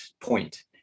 point